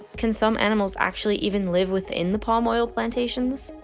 can some animals actually even live within the palm oil plantations?